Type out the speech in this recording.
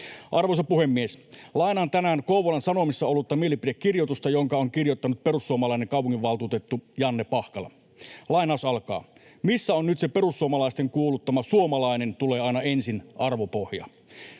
Arvoisa puhemies! Lainaan tänään Kouvolan Sanomissa ollutta mielipidekirjoitusta, jonka on kirjoittanut perussuomalainen kaupunginvaltuutettu Janne Pahkala: ”Missä on nyt se perussuomalaisten kuuluttama ’suomalainen tulee aina ensin’ ‑arvopohja?